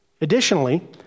Additionally